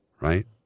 right